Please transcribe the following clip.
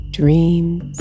dreams